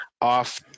off